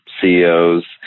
CEOs